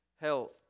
health